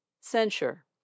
Censure